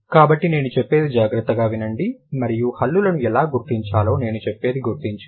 కాబట్టి నేను చెప్పేది జాగ్రత్తగా వినండి మరియు హల్లులను ఎలా గుర్తించాలో నేను చెప్పేది గుర్తుంచుకోండి